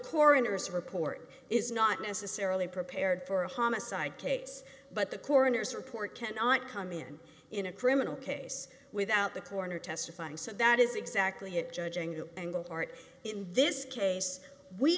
coroner's report is not necessarily prepared for a homicide case but the coroner's report cannot come in in a criminal case without the coroner testifying so that is exactly it judging the angle part in this case we